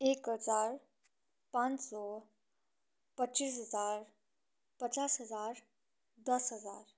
एक हजार पाँच सय पच्चिस हजार पचास हजार दस हजार